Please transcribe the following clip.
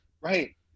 Right